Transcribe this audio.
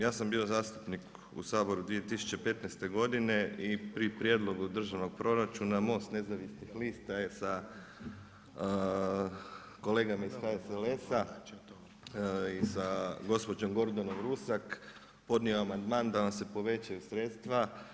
Ja sam bio zastupnik u Saboru 2015. godine i pri prijedlogu državnog proračuna, MOST nezavisnih lista je sa kolegama iz HSLS-a i sa gospođo Gordanom Rusak podnio amandman da vam se povećaju sredstva.